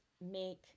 make